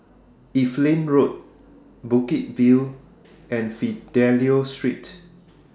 Evelyn Road Bukit View and Fidelio Street